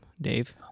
Dave